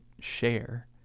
share